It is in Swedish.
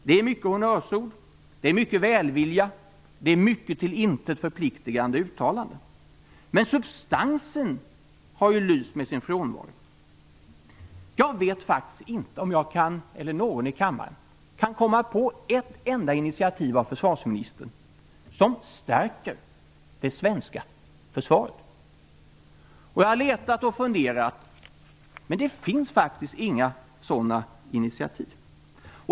Det är mycket honnörsord, välvilja och till intet förpliktigande uttalanden, men substansen har lyst med sin frånvaro. Jag vet faktiskt inte om någon i kammaren kan komma på ett enda initiativ från försvarsministern som stärker det svenska försvaret. Jag har letat och funderat, men det finns faktiskt inga sådana initiativ.